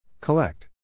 Collect